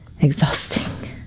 exhausting